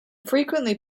frequently